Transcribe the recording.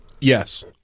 Yes